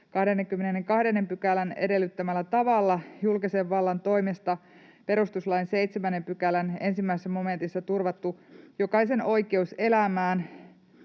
22 §:n edellyttämällä tavalla julkisen vallan toimesta perustuslain 7 §:n 1 momentissa turvattu jokaisen oikeus elämään,